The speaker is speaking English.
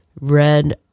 Red